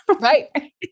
Right